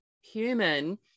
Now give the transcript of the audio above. human